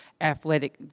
athletic